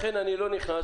לכן אני לא נכנס.